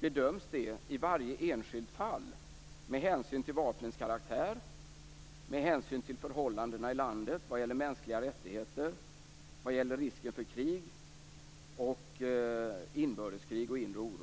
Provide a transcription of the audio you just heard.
till Chile bedöms det i varje enskilt fall med hänsyn till vapnens karaktär, förhållandena i landet vad gäller mänskliga rättigheter, risken för krig, inbördeskrig och inre oro.